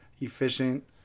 efficient